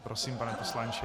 Prosím, pane poslanče.